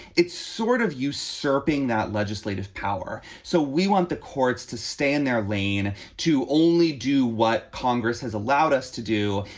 it's sort of usurping that legislative power. so we want the courts to stay in their lane to only do what congress has allowed us to do.